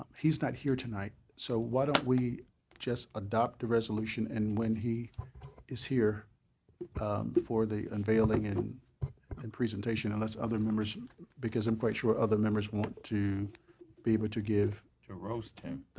um he's not here tonight, so why don't we just adopt the resolution and when he is here for the unveiling and and presentation, unless other members because i'm quite sure other members want to be able to give to roast him.